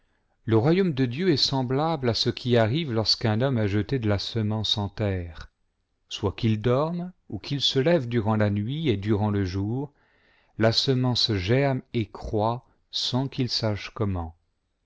le royaume de dieu est semblable a ce qui arrive lorsqu'un homme a jeté de la semence en terre soit qu'il dorme ou qu'il se lève durant la nuit et durant le jour la semence germe et croît sans qu'il sache comment